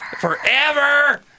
Forever